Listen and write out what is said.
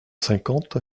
cinquante